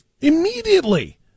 Immediately